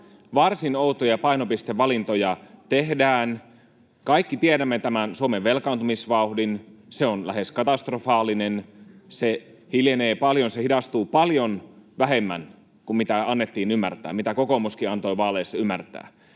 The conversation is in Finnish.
Varsin outoja painopistevalintoja tehdään. Kaikki tiedämme Suomen velkaantumisvauhdin. Se on lähes katastrofaalinen. Se hidastuu paljon vähemmän kuin mitä annettiin ymmärtää, vähemmän kuin mitä kokoomuskin antoi vaaleissa ymmärtää.